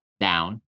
down